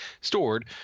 stored